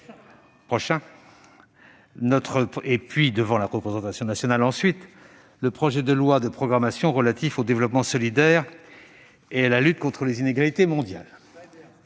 effet !... puis devant la représentation nationale, le projet de loi de programmation relatif au développement solidaire et à la lutte contre les inégalités mondiales.